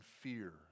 fear